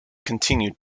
continued